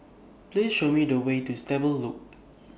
Please Show Me The Way to Stable Loop